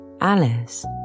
Alice